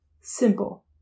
Simple